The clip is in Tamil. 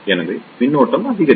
எனவே மின்னோட்டம் அதிகரிக்கும்